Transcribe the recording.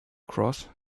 cross